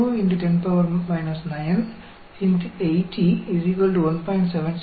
2 x 10 9 1